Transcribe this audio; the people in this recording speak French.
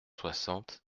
soixante